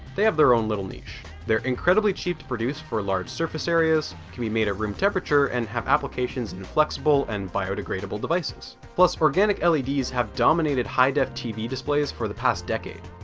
they have their own little niche. they're incredibly cheap to produce for large surface areas, can be made at room temperature and have applications in flexible and biodegradable devices. plus organic like leds have dominated high-def tv displays for the past decade.